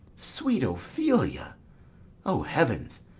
sweet ophelia o heavens!